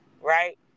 right